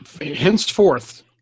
Henceforth